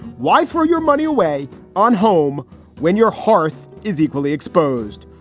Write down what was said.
why for your money away on home when your hearth is equally exposed,